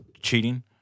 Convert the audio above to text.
cheating